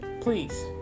please